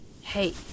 Hey